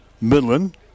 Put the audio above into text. Midland